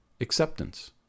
Acceptance